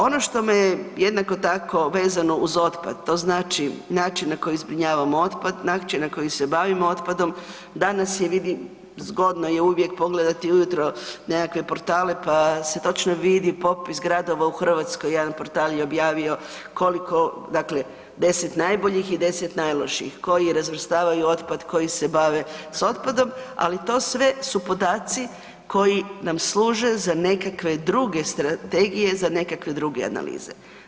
Ono što me jednako tako, vezano uz otpad, to znači način na koji zbrinjavamo otpad, način na koji se bavimo otpadom, danas je, vidim, zgodno je uvijek pogledati ujutro nekakve portale pa se točno vidi popis gradova u Hrvatskoj, jedan portal je objavio koliko, dakle, 10 najboljih i 10 najlošijih, koji razvrstavaju otpad, koji se bave s otpadom, ali to sve su podaci koji nam služe za nekakve druge strategije, za nekakve druge analize.